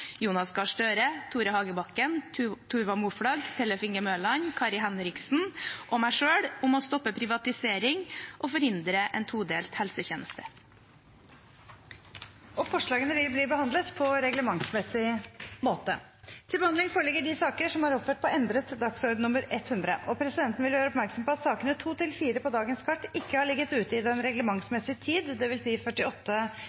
Jonas Gahr Støre, Tore Hagebakken, Tuva Moflag, Tellef Inge Mørland, Kari Henriksen og meg selv om å stoppe privatisering og forhindre en todelt helsetjeneste. Forslagene vil bli behandlet på reglementsmessig måte. Presidenten vil gjøre oppmerksom på at sakene nr. 2–4 på dagens kart ikke har ligget ute i den reglementsmessige tid, dvs. 48 timer, jf. forretningsordenen § 46. Presidenten vil likevel foreslå at sakene